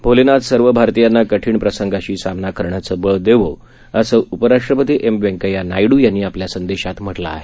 भोलेनाथ सर्व भारतियांना कठीण प्रसंगाशी सामना करण्याचं बळ देवो असं उपराष्ट्रपती एम व्यंकय्या नायड्र यांनी आपल्या ट्विटर संदेशात म्हटलं आहे